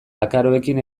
akaroekin